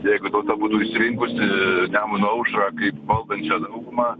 jeigu tauta būtų išsirinkusi nemuno aušrą kaip valdančią daugumą